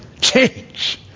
change